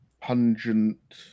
pungent